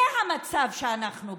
זה המצב שאנחנו בפניו.